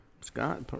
Scott